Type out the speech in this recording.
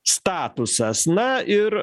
statusas na ir